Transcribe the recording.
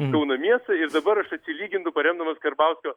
kauno miestą ir dabar aš atsilyginu paremdamas karbauskio